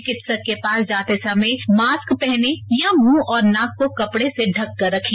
चिकित्सक के पास जाते समय मास्क पहनें या मुंह और नाक को कपड़े से ढककर रखें